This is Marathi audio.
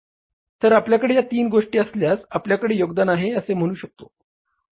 तर आपल्याकडे या तीन गोष्टी असल्यास आपल्याकडे योगदान आहे असे म्हणू शकतो